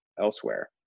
elsewhere